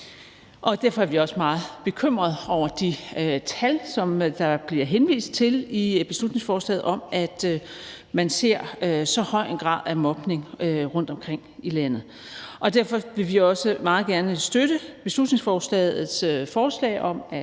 Derfor er vi også meget bekymret over de tal, som der bliver henvist til i beslutningsforslaget, om, at man ser så høj en grad af mobning rundtomkring i landet. Derfor vil vi også meget gerne støtte beslutningsforslagets forslag om at